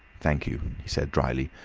thank you, he said drily,